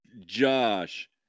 Josh